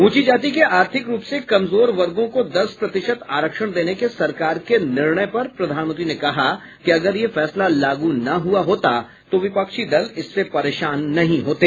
ऊंची जाति के आर्थिक रूप से कमजोर वर्गो को दस प्रतिशत आरक्षण देने के सरकार के निर्णय पर प्रधानमंत्री ने कहा कि अगर यह फैसला लागू न हुआ होता तो विपक्षी दल इससे परेशान नहीं होते